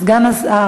סגן השר,